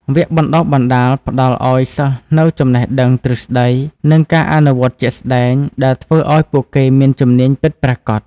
វគ្គបណ្តុះបណ្តាលផ្តល់ឱ្យសិស្សនូវចំណេះដឹងទ្រឹស្តីនិងការអនុវត្តជាក់ស្តែងដែលធ្វើឱ្យពួកគេមានជំនាញពិតប្រាកដ។